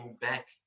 back